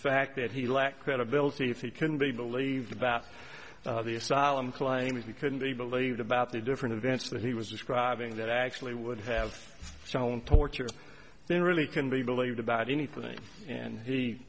fact that he lacked credibility if he can be believed about the asylum claims he couldn't they believed about the different events that he was describing that actually would have shown torture if they really can be believed about anything and he